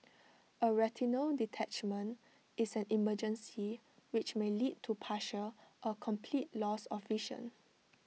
A retinal detachment is an emergency which may lead to partial or complete loss of vision